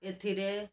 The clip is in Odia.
ଏଥିରେ